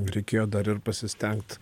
reikėjo dar ir pasistengt